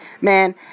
man